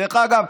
דרך אגב,